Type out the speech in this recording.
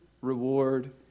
reward